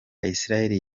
israeli